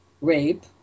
rape